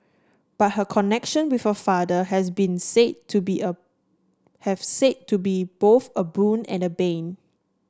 but her connection with her father has been said to be a have said to be both a boon and a bane